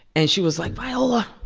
and she was, like, viola,